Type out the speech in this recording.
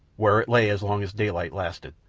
where it lay as long as daylight lasted.